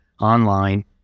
online